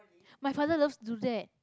my father loves to do that